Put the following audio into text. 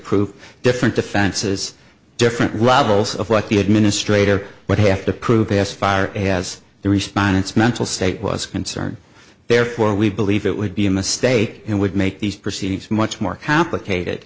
proof different defenses different levels of what the administrator would have to prove vs fire has the respondents mental state was concerned therefore we believe it would be a mistake and would make these proceedings much more complicated